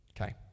Okay